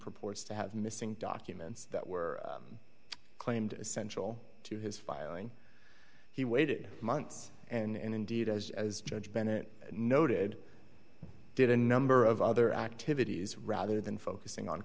purports to have missing documents that were claimed essential to his filing he waited months and indeed as judge bennett noted did a number of other activities rather than focusing on